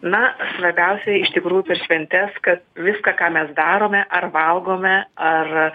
na svarbiausia iš tikrųjų per šventes kad viską ką mes darome ar valgome ar